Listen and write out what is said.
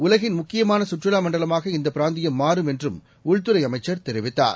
உ லகின்முக்கியமானசுற்றுலாமண்டலமாகஇந்தபிராந்திய ம்மாறும்என்றும்உள்துறைஅமைச்சர்தெரிவித்தார்